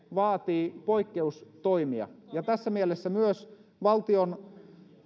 vaatii poikkeustoimia ja tässä mielessä myös valtion